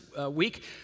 week